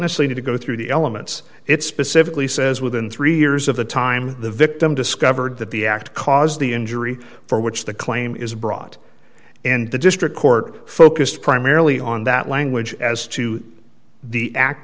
have to go through the elements it specifically says within three years of the time the victim discovered that the act caused the injury for which the claim is brought and the district court focused primarily on that language as to the act